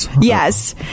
Yes